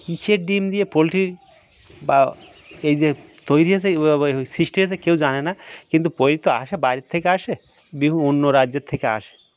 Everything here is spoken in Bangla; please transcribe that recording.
কীসের ডিম দিয়ে পোলট্রি বা এই যে তৈরি হয়েছে ওই সৃষ্টি হয়েছে কেউ জানে না কিন্তু পোলট্রি তো আসে বাইরের থেকে আসে বিভিন্ন অন্য রাজ্যের থেকে আসে